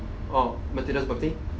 orh twenty first birthday